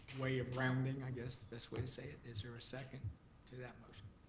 way of rounding, i guess the best way to say it. is there a second to that motion?